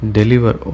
deliver